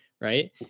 right